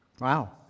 Wow